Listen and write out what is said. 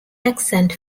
accent